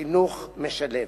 חינוך משלב.